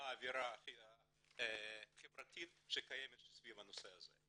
מה האווירה החברתית שקיימת סביב הנושא הזה.